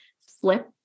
flip